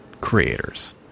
creators